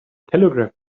telegraph